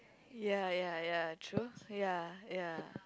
ya ya ya true ya ya